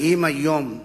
האם היום,